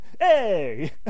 hey